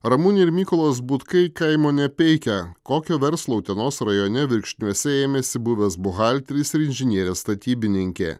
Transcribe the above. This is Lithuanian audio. ramunė ir mykolas butkai kaimo nepeikia kokio verslo utenos rajone viekšniuose ėmėsi buvęs buhalteris ir inžinierė statybininkė